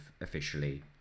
officially